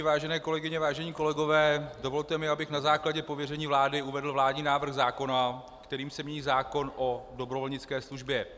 Vážené kolegyně, vážení kolegové, dovolte mi, abych na základě pověření vlády uvedl vládní návrh zákona, kterým se mění zákon o dobrovolnické službě.